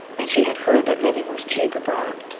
and she had heard that living was cheap abroad.